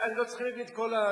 לא צריכים להביא את כל הדוגמאות.